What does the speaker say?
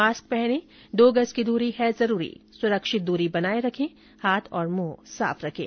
mask पहनें दो गज की दूरी है जरूरी सुरक्षित दूरी बनाए रखें हाथ और मुंह साफ रखें